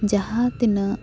ᱡᱟᱦᱟᱸ ᱛᱤᱱᱟᱹᱜ